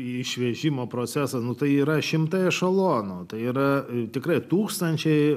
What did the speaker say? išvežimo procesą tai yra šimtai ešelonų tai yra tikrai tūkstančiai